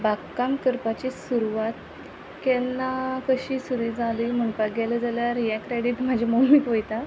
बागकाम करपाची सुरवात केन्ना कशी सुरू जाली म्हणपाक गेले जाल्यार हे क्रेडीट म्हाजे मोमीक वयता